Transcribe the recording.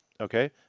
okay